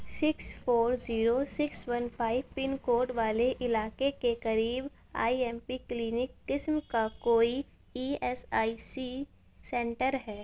six four zero six one five pin code والے علاقے کے قریب آئی ایم پی کلینک قسم کا کوئی E S I C centre ہے